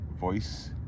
voice